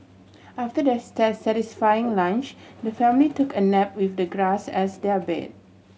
after their satisfying lunch the family took a nap with the grass as their bed